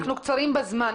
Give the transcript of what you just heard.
אנחנו קצרים בזמן.